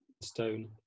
stone